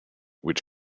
which